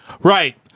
right